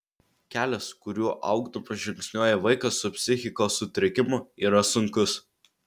kelias kuriuo augdamas žingsniuoja vaikas su psichikos sutrikimu yra sunkus